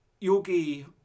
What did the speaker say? Yogi